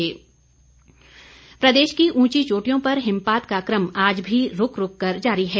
मौसम प्रदेश की ऊंची चोटियों पर हिमपात का क्रम आज भी रूक रूक कर जारी है